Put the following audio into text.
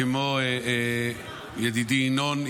כמו ידידי ינון,